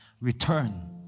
Return